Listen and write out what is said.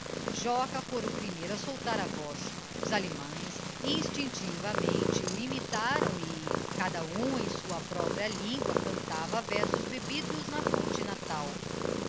joca fora o primeiro a soltar a voz os aliemães instinctivamente o imitaram e cada um em sua própria língua cantava versos bebidos na fonte natal